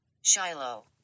Shiloh